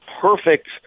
perfect